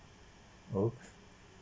orh